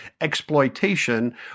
exploitation